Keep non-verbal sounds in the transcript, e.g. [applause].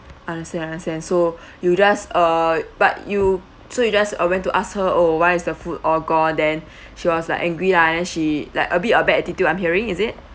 understand understand so [breath] you just uh but you so you just uh went to ask her oh why is the food all gone then [breath] she was like angry lah and then she like a bit of bad attitude I'm hearing is it